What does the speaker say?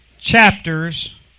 Chapters